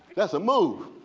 that's a move,